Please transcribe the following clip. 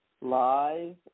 live